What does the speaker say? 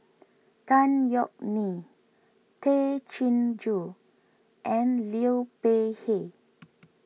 Tan Yeok Nee Tay Chin Joo and Liu Peihe